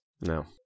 No